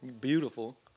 Beautiful